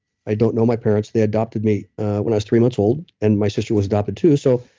i don't know my parents, they adopted me when i was three months old, and my sister was adopted too. so,